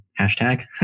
hashtag